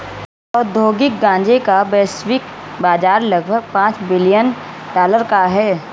औद्योगिक गांजे का वैश्विक बाजार लगभग पांच बिलियन डॉलर का है